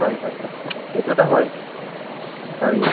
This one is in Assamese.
হয় হয় হয় সেইটো এটা হয় হয়